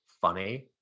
funny